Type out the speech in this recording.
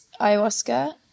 ayahuasca